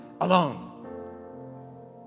alone